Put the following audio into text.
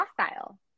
hostile